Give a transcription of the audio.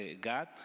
God